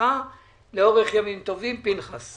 לאורך ימים טובים פנחס.